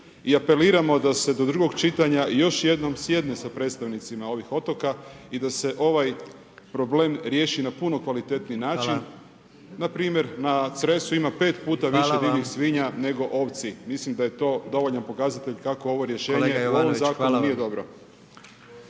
I apeliramo da se do drugog čitanja, još jednom sjedne sa predstavnicima ovih otoka i da se ovaj problem riješi na puno kvalitetniji način, npr. na Cresu ima 5 puta više divljih svinja nego ovci, mislim da je to dovoljan pokazatelj, kako ovo miješnje u ovom zakonu nije dobro.